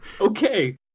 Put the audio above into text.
Okay